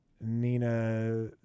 Nina